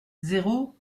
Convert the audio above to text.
zéro